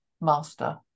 master